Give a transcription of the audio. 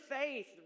faith